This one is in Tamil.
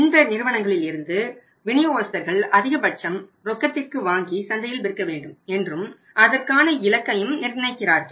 இந்த நிறுவனங்களில் இருந்து விநியோகஸ்தர்கள் அதிகபட்சம் ரொக்கத்திற்கு வாங்கி சந்தையில் விற்க வேண்டும் என்றும் அதற்கான இலக்கையும் நினைக்கிறார்கள்